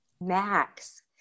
Max